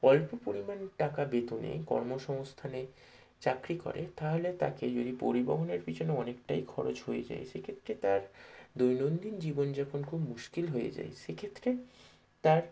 অল্প পরিমাণ টাকা বেতনে কর্মসংস্থানে চাকরি করে তাহলে তাকে যদি পরিবহনের পিছনে অনেকটাই খরচ হয়ে যায় সে ক্ষেত্রে তার দৈনন্দিন জীবনযাপন খুব মুশকিল হয়ে যায় সে ক্ষেত্রে তার